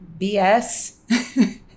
BS